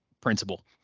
principle